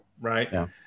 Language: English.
right